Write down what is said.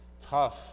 Tough